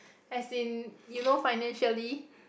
as in you know financially